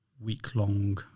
week-long